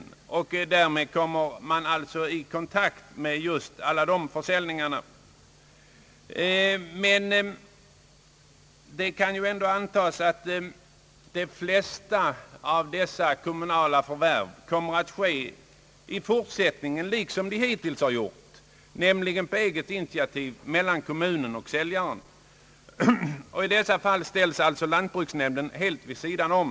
Kommunen får således kännedom om alla här ifrågavarande markförsäljningar. Det kan antas, att de flesta av dessa kommunala förvärv i fortsättningen, liksom hittills, kommer att ske genom direkt kontakt mellan kommunen och säljaren. Vid dessa vanliga försäljningar ställs alltså lantbruksnämnden helt vid sidan om.